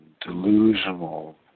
delusional